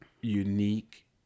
unique